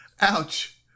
Ouch